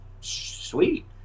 sweet